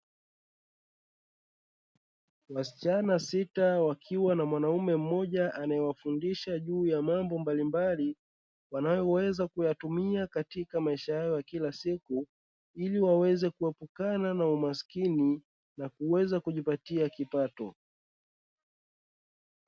Wasichana sita wakiwa na mwanaume mmoja anayewafundisha juu ya mambo mbalimbali, wanayoweza kuyatumia katika maisha yao ya kila siku, ili waweze kuepukana na umaskini na kuweza kujipatia kipato.